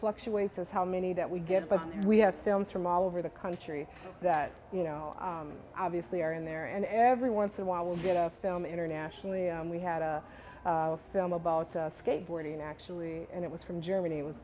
fluctuates as how many that we get but we have films from all over the country that you know obviously are in there and every once in a while will be a film internationally we had a film about skateboarding actually and it was from germany was